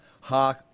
Ha